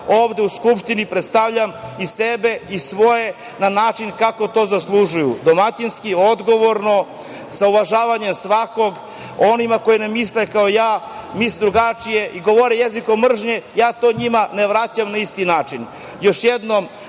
ovde u Skupštini predstavljam i sebe i svoje na način kako to zaslužuju, domaćinski, odgovorno, sa uvažavanjem svakoga. Onima koji ne misle kao ja, misle drugačije i govore jezikom mržnje, ja to njima ne vraćam na isti način. Još